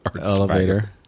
elevator